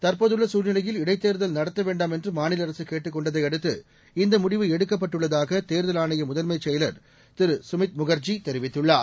தற்போதுள்ள சசூழ்நிலையில் இடைத்தேர்தல் நடத்த வேண்டாம் என்று மாநில அரசு கேட்டுக் கொள்டதை அடுத்து இந்த முடிவு எடுக்கப்பட்டுள்ளதாக தேர்தல் ஆணைய முதன்மைச் செயலர் திரு சுமித் முகர்ஜி தெரிவித்துள்ளார்